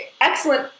Excellent